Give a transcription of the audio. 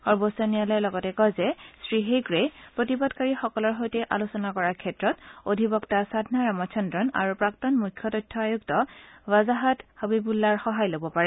সৰ্বোচ্চ ন্যায়ালয়ে লগতে কয় যে শ্ৰীহেগড়ে প্ৰতিবাদকাৰীসকলৰ সৈতে আলোচনা কৰাৰ ক্ষেত্ৰত অধিবক্তা সাধনা ৰামাচন্দ্ৰন আৰু প্ৰাক্তন মুখ্য তথ্য আয়ুক্ত ৱাজাহাদ হবিবুল্লাৰ সহায় ল'ব পাৰে